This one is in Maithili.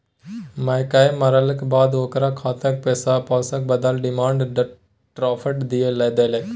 मायक मरलाक बाद ओकर खातक पैसाक बदला डिमांड ड्राफट दए देलकै